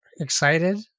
excited